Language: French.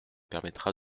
permettra